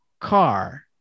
car